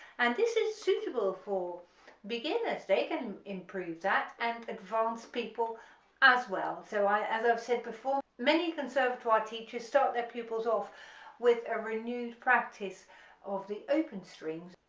and this is suitable for beginners they can improve that and advance people as well so as i've said before many conservatory teachers start their pupils off with a renewed practice of the open strings,